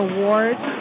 Awards